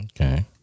Okay